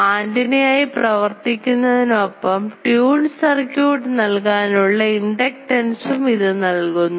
ആന്റിനയായി പ്രവർത്തിക്കുന്നതിനൊപ്പം tune circuit നൽകാനുള്ള ഇൻഡക്റ്റൻസും ഇത് നൽകുന്നു